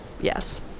yes